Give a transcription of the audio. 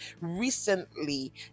recently